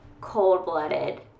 cold-blooded